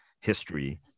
history